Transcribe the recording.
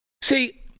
See